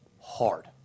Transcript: hard